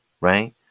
Right